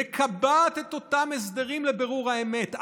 מקבעת, אותם הסדרים לבירור האמת.